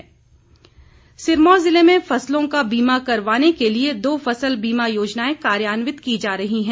फसल बीमा सिरमौर जिले में फसलों का बीमा करवाने क लिए दो फसल बीमा योजनाएं कार्यान्वित की जा रही है